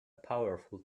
powerful